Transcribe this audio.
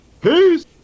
Peace